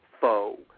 foe